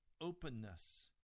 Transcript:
Openness